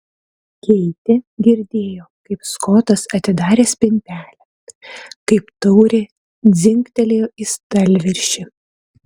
keitė girdėjo kaip skotas atidarė spintelę kaip taurė dzingtelėjo į stalviršį